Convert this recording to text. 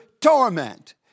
torment